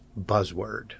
buzzword